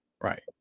Right